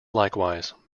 likewise